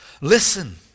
Listen